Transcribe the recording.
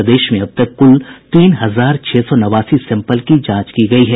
प्रदेश में अब तक कुल तीन हजार छह सौ नवासी सैंपल की जांच की गयी है